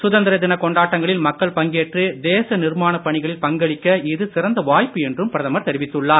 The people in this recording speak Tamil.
சுதந்திர தின கொண்டாட்டங்களில் மக்கள் பங்கேற்று தேச நிர்மாணப் பணிகளில் பங்களிக்க இது சிறந்த வாய்ப்பு என்றும் பிரதமர் தெரிவித்துள்ளார்